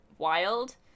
Wild